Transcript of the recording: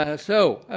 ah so,